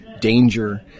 danger